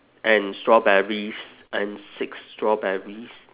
and strawberries and six strawberries